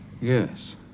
Yes